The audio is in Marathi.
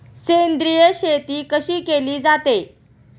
सेंद्रिय शेती कशी केली जाते?